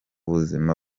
buzima